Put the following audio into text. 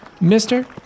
Mister